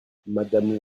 madame